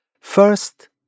First